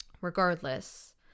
regardless